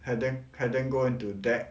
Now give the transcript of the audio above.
and then and then go into debt